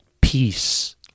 peace